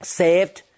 saved